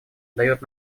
дает